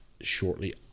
shortly